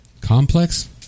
complex